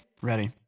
Ready